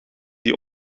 die